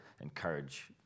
encourage